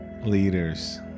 leaders